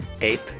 Ape